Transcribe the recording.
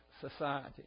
society